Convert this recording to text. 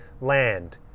land